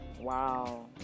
wow